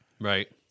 right